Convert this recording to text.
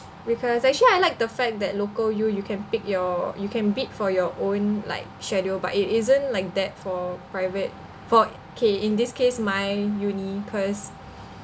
because actually I like the fact that local U you can pick your you can bid for your own like schedule but it isn't like that for private for okay in this case my uni cause